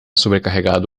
sobrecarregado